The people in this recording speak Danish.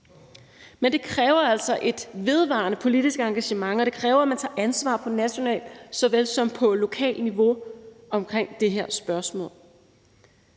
Men det kræver altså et vedvarende politisk engagement, og det kræver, at man tager ansvar på et nationalt såvel som på et lokalt niveau i det her spørgsmål.